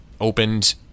opened